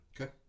okay